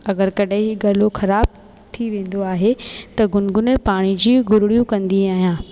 अगरि कॾहिं ई गलो ख़राब थी वेंदो आहे त गुनगुने पाणी जी गुरड़ियूं कंदी आहियां